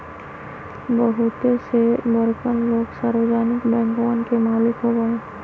बहुते से बड़कन लोग सार्वजनिक बैंकवन के मालिक होबा हई